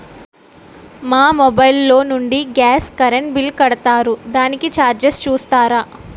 మా మొబైల్ లో నుండి గాస్, కరెన్ బిల్ కడతారు దానికి చార్జెస్ చూస్తారా?